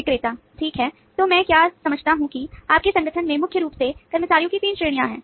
विक्रेता ठीक है तो मैं क्या समझता हूं कि आपके संगठन में मुख्य रूप से कर्मचारियों की तीन श्रेणियां हैं